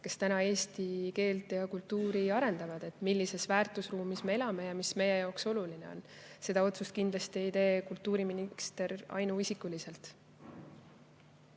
kes täna eesti keelt ja kultuuri arendavad, et [arutada,] millises väärtusruumis me elame ja mis on meie jaoks oluline. Niisuguseid otsuseid kindlasti ei tee kultuuriminister ainuisikuliselt.